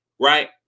right